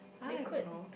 I don't know